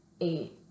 eight